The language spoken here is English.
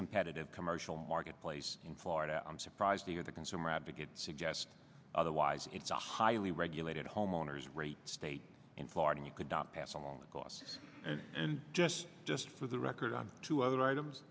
competitive commercial marketplace in florida i'm surprised to hear the consumer advocate suggest otherwise it's a highly regulated homeowners rate state in florida you could not pass along the cost and just just for the record on two other items